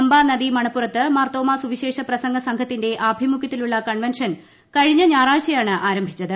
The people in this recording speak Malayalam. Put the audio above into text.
പമ്പാ നദി മണപ്പുറത്ത് മാർത്തോമ സുവിശേഷ പ്രസംഗ സംഘത്തിന്റെ ആഭിമുഖ്യത്തിലുള്ള കൺവെൻഷൻ കഴിഞ്ഞ ഞായറാഴ്ചയാണ് ആരംഭിച്ചത്